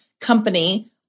company